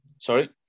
sorry